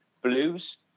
Blues